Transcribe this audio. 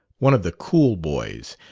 one of the cool boys,